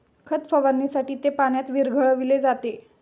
खत फवारणीसाठी ते पाण्यात विरघळविले जाते